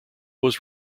was